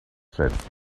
said